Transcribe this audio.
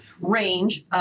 range